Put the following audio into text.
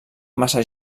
massa